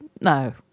no